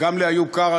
וגם לאיוב קרא,